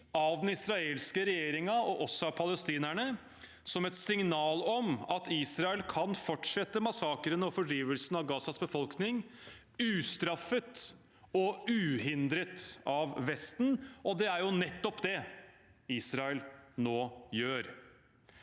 av den israelske regjeringen og av palestinerne: som et signal om at Israel kan fortsette massakrene og fordrivelsen av Gazas befolkning, ustraffet og uhindret av Vesten, og det er nettopp det Israel nå gjør.